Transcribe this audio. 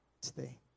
today